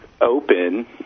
open